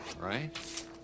right